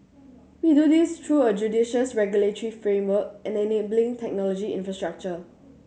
we do this through a judicious regulatory framework and enabling technology infrastructure